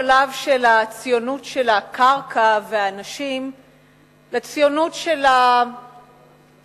הציונות של הקרקע והאנשים לציונות של המחשבה.